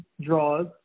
draws